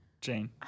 Jane